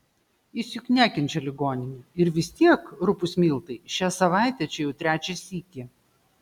jis juk nekenčia ligoninių ir vis tiek rupūs miltai šią savaitę čia jau trečią sykį